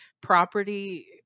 property